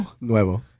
Nuevo